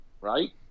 Right